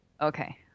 okay